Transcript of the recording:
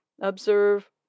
Observe